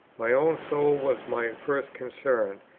my own soul was my first concern,